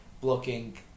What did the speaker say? blocking